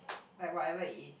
like whatever it is